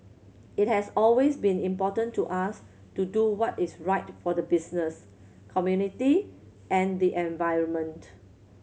it has always been important to us to do what is right for the business community and the environment